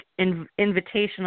invitational